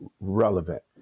relevant